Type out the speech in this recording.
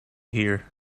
here